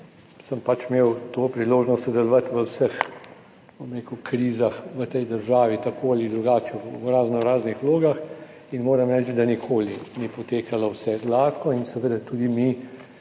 sem pač imel to priložnost sodelovati v vseh, bom rekel, krizah v tej državi tako ali drugače v raznoraznih vlogah in moram reči, da nikoli ni potekalo vse gladko in seveda tudi mi